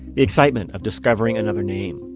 the excitement of discovering another name,